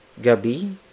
gabi